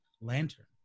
lantern